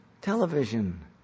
television